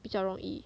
比较容易